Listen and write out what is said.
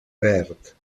verd